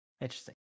Interesting